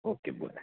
okay बरें